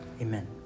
amen